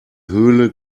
höhle